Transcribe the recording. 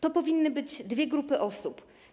To powinny być dwie grupy osób.